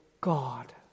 God